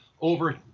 over